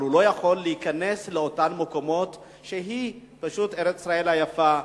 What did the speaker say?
אבל הוא לא יכול להיכנס לאותם מקומות שהם פשוט ארץ-ישראל היפה.